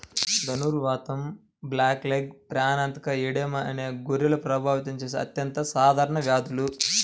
ధనుర్వాతం, బ్లాక్లెగ్, ప్రాణాంతక ఎడెమా అనేవి గొర్రెలను ప్రభావితం చేసే అత్యంత సాధారణ వ్యాధులు